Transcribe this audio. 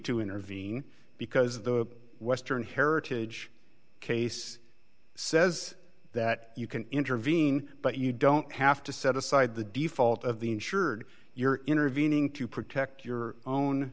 to intervene because the western heritage case says that you can intervene but you don't have to set aside the default of the insured you're intervening to protect your own